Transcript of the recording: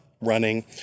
running